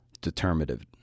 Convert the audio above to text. determinative